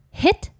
hit